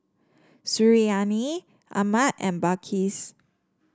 Suriani Ahmad and Balqis